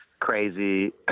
crazy